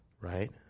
right